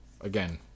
again